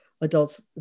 adults